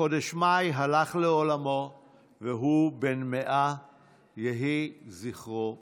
בחודש מאי הלך לעולמו והוא בן 100. יהי זכרו ברוך.